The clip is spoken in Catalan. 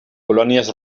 colònies